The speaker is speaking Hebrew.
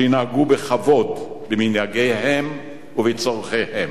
שינהגו בכבוד במנהגיהם ובצורכיהם.